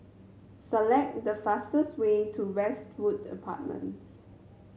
select the fastest way to Westwood Apartments